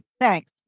thanks